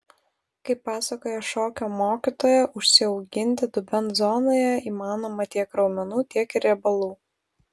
kaip pasakoja šokio mokytoja užsiauginti dubens zonoje įmanoma tiek raumenų tiek ir riebalų